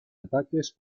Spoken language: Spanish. ataques